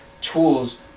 tools